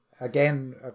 Again